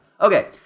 Okay